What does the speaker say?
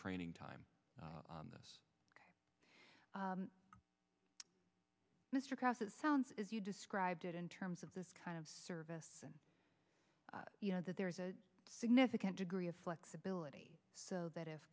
training time this mr cross it sounds as you described it in terms of this kind of service and you know that there is a significant degree of flexibility so that if